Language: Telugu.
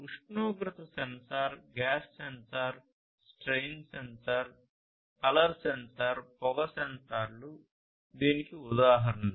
ఉష్ణోగ్రత sensor gas sensor strain sensor colour sensor పొగ సెన్సార్లు దీనికి ఉదాహరణలు